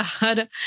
God